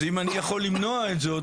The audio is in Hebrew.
אז אם אני יכול למנוע זאת,